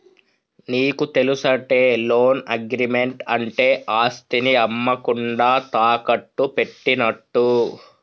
నీకు తెలుసటే, loan agreement అంటే ఆస్తిని అమ్మకుండా తాకట్టు పెట్టినట్టు